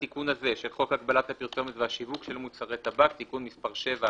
חוק הגבלת הפרסומת והשיווק של מוצרי טבק (תיקון מס' 7),